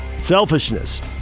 Selfishness